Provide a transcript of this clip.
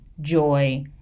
joy